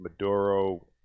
Maduro